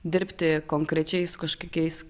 dirbti konkrečiai su kažkokiais